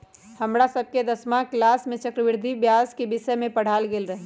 हमरा सभके दसमा किलास में चक्रवृद्धि ब्याज के विषय में पढ़ायल गेल रहै